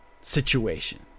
situation